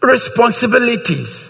Responsibilities